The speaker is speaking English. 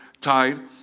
tied